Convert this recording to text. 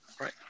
Right